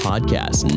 Podcast